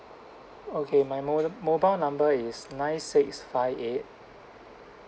okay my mo~ mobile number is nine six five eight